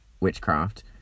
Witchcraft